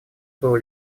было